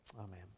Amen